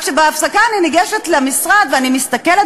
רק שבהפסקה אני ניגשת למשרד ואני מסתכלת